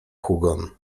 hugon